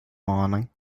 morning